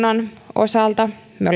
osalta me